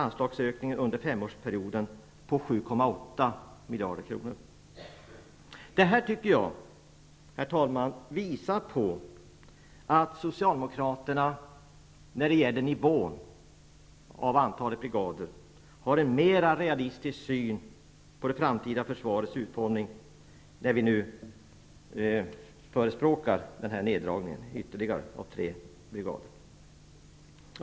Jag tycker att detta visar att vi socialdemokrater, när det gäller nivån på antalet brigader, har en mera realistisk syn på det framtida försvarets utformning när vi förespråkar en neddragning med ytterligare tre brigader.